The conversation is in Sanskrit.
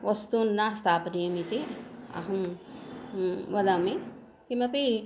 वस्तूनि न स्थापनीयम् इति अहं वदामि किमपि